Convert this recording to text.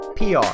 PR